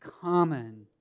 common